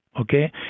okay